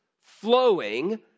flowing